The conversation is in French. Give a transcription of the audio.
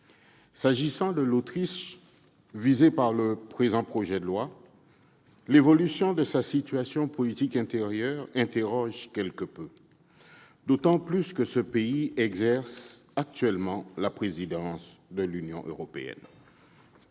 S'agissant de l'Autriche, l'évolution de sa situation politique intérieure interroge quelque peu, d'autant que ce pays exerce actuellement la présidence de l'Union européenne.